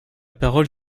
parole